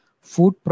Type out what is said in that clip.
food